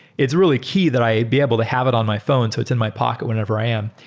it's really key that i be able to have it on my phone so it's in my pocket whenever i am.